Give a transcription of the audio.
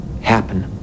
happen